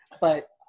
But-